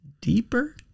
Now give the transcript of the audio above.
deeper